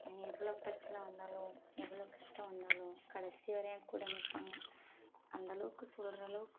எவ்வளோ பிரச்சனை வந்தாலும் எவ்வளோ கஷ்டம் வந்தாலும் கடைசி வரை என் கூட நிற்பாங்க அந்தளவுக்கு சொல்கிற அளவுக்கு